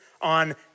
on